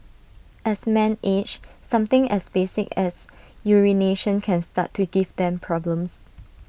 as men age something as basic as urination can start to give them problems